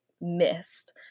missed